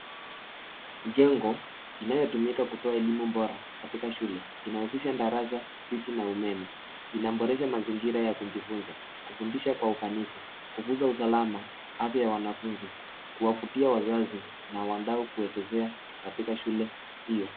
Jengo inayotumika kutoa elimu bora katika shule. Inahusisha darasa viti na umeme. Inaboresha mazingira ya kujifunza, kufundisha kwa ufanisi, kukuza usalama, afya ya wanafunzi, kuvutia wazazi na wadau kuwekezea katika shule hiyo.